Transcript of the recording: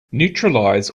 neutralize